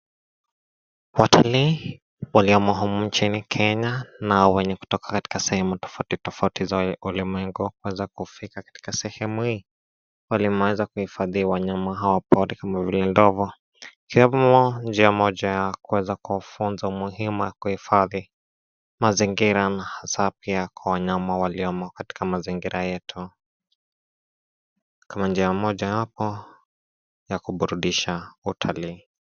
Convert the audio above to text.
Tembo mchanga akicheza kwenye udongo mwekundu. Vumbi linapanda angani kutokana na harakati zake. Nyuma yake, kundi la watu wanatazama. Wanaonekana kuwa watalii, wakifurahia tukio hili la kipekee. Asili ina miti na mimea mingine. Jua linaonekana kuangaza, na kuunda vivuli chini ya tembo.